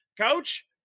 Coach